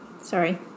Sorry